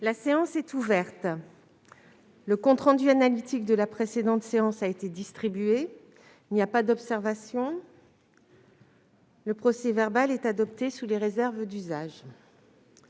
La séance est ouverte. Le compte rendu analytique de la précédente séance a été distribué. Il n'y a pas d'observation ?... Le procès-verbal est adopté sous les réserves d'usage.